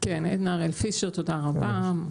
כן, עדנה הראה פישר, תודה רבה.